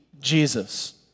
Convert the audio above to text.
Jesus